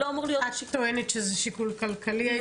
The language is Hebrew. את טוענת שזה שיקול כלכלי, האזרוח?